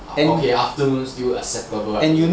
okay lah afternoon still acceptable ah